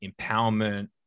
empowerment